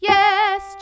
Yes